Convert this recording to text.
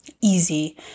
easy